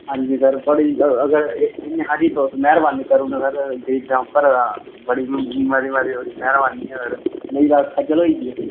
हां जी सर थुआढ़ी अगर इ'न्नी हारी तुस मेह्रबानी करी उड़न सर गरीबां उप्पर बड़ी मती मती थुआढ़ी मेह्रबानी होग सर नेईं ते अस खज्जल होई गे